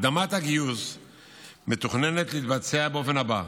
הקדמת הגיוס מתוכננת להתבצע באופן הבא: